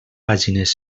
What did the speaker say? pàgines